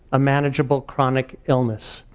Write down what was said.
a manageable chronic illness.